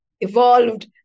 evolved